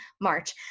March